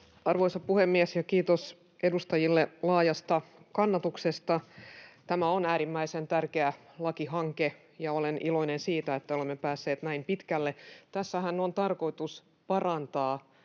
arvoisa puhemies! Ja kiitos edustajille laajasta kannatuksesta. Tämä on äärimmäisen tärkeä lakihanke, ja olen iloinen siitä, että olemme päässeet näin pitkälle. Tässähän on tarkoitus parantaa